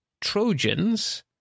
Trojans